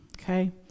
okay